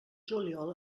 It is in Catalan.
juliol